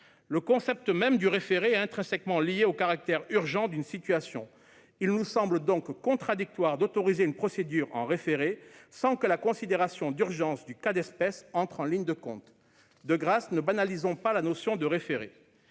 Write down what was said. Le concept même du référé est intrinsèquement lié au caractère urgent d'une situation : il nous semble donc contradictoire d'autoriser une procédure en référé sans que la considération d'urgence du cas d'espèce entre en ligne de compte. De grâce, ne banalisons pas la notion de référé